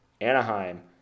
Anaheim